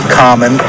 common